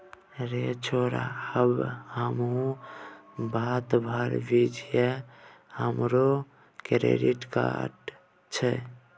रे छौड़ा आब हमहुँ मातबर छियै हमरो क्रेडिट कार्ड छै